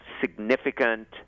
significant